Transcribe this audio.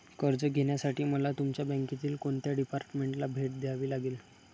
कर्ज घेण्यासाठी मला तुमच्या बँकेतील कोणत्या डिपार्टमेंटला भेट द्यावी लागेल?